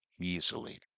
easily